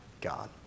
God